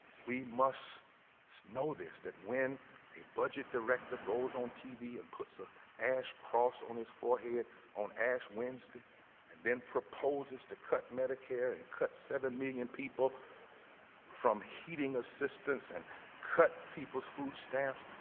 we must know this that when a budget director goes on tv and puts a ash cross on his forehead on ash wednesday and then proposes to cut medicare and cut seven million people from heating assistance and cut people's food stamps,